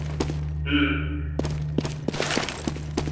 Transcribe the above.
चलु पटना घुमा देब अहाँकेँ हमहुँ हूँ